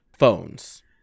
phones